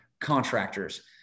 contractors